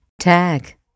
Tag